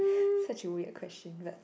such a weird question but